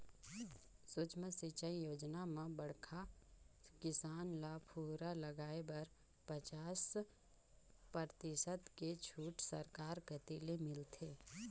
सुक्ष्म सिंचई योजना म बड़खा किसान ल फुहरा लगाए बर पचास परतिसत के छूट सरकार कति ले मिलथे